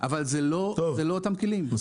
אבל אלו לא אותם כלים.